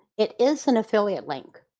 it is an affiliate link.